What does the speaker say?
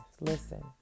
Listen